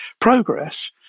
progress